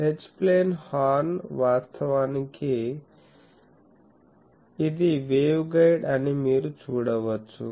H plane horn వాస్తవానికి ఇది waveguide అని మీరు చూడవచ్చు